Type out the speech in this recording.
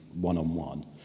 one-on-one